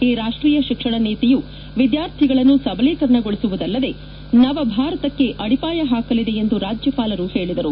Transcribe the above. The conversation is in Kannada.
ಈ ರಾಷ್ಷೀಯ ಶಿಕ್ಷಣ ನೀತಿಯು ವಿದ್ಯಾರ್ಥಿಗಳನ್ನು ಸಬಲೀಕರಣಗೊಳಿಸುವುದಲ್ಲದೆ ನವಭಾರತಕ್ಕೆ ಅಡಿಪಾಯ ಪಾಕಲಿದೆ ಎಂದು ರಾಜ್ಯಪಾಲರು ಹೇಳಿದರು